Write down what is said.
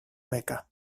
mecca